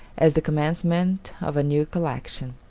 as the commencement of a new collection.